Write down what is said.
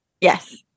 Yes